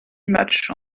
matchs